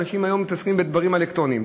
אנשים היום מתעסקים בדברים אלקטרוניים.